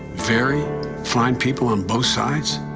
very fine people on both sides?